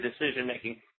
decision-making